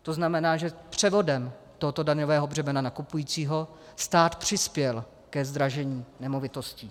To znamená, že převodem tohoto daňového břemena na kupujícího stát přispěl ke zdražení nemovitostí.